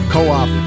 Co-op